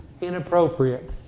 inappropriate